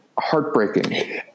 Heartbreaking